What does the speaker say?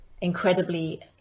incredibly